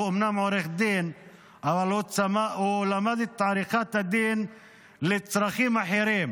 הוא אומנם עורך דין אבל הוא למד את עריכת הדין לצרכים אחרים,